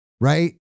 right